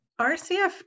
RCF